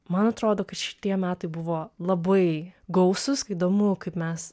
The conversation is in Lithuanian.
man atrodo kad šitie metai buvo labai gausūs įdomu kaip mes